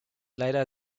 leider